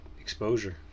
exposure